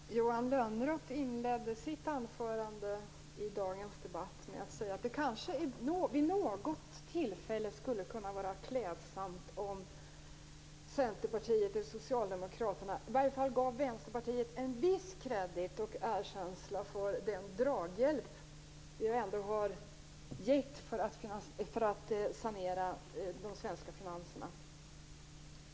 Herr talman! Johan Lönnroth inledde sitt anförande i dagens debatt med att säga att det kanske vid något tillfälle skulle vara klädsamt om Centerpartiet eller Socialdemokraterna gav Vänsterpartiet en viss kredit och erkänsla för den draghjälp vi ändå har gett för att sanera de svenska finanserna.